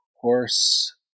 horse